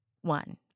One